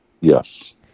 yes